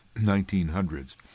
1900s